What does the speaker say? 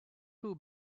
too